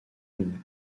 une